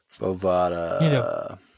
Bovada